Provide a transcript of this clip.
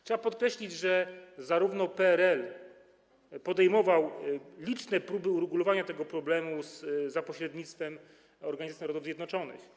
Trzeba podkreślić, że PRL podejmował liczne próby uregulowania tego problemu za pośrednictwem Organizacji Narodów Zjednoczonych.